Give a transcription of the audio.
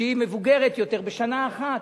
שהיא מבוגרת יותר בשנה אחת,